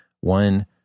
One